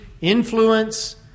influence